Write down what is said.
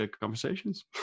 conversations